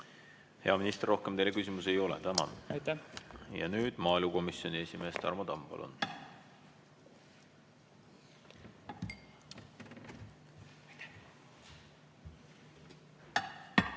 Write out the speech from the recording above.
Hea minister, rohkem teile küsimusi ei ole. Tänan! Ja nüüd maaelukomisjoni esimees Tarmo Tamm, palun!